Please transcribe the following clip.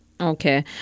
Okay